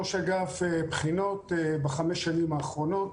אגף בחינות בחמש השנים האחרונות.